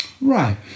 Right